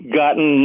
gotten